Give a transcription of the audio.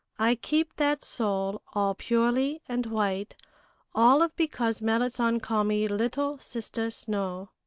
i keep that soul all purely and white all of because merrit san call me little sister snow.